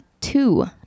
two